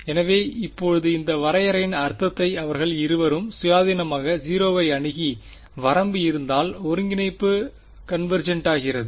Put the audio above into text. எனவே இப்போது இந்த வரையறையின் அர்த்தத்தை அவர்கள் இருவரும் சுயாதீனமாக 0 ஐ அணுகி வரம்பு இருந்தால் ஒருங்கிணைப்பு கன்வேர்ஜெண்டாகிறது